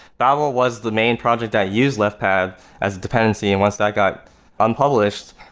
babel was the main project that used left pad as a dependency. and once that got unpublished,